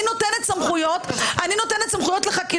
אני נותנת סמכויות לחקירה,